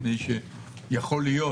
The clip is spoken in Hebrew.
מפני שיכול להיות